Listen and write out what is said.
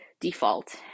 default